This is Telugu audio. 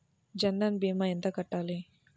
జన్ధన్ భీమా ఎంత కట్టాలి?